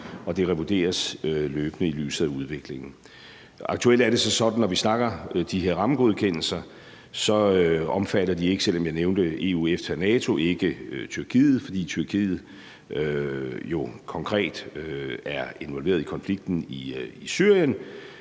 og det revurderes løbende i lyset af udviklingen. Aktuelt er det så sådan, at når vi snakker de her rammegodkendelser, omfatter de ikke – selv om jeg nævnte EU, EFTA og NATO – Tyrkiet, fordi Tyrkiet jo konkret er involveret i konflikten i Syrien.